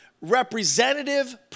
representative